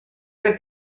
que